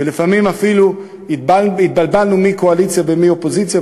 ולפעמים אפילו התבלבלנו מי קואליציה ומי אופוזיציה,